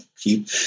keep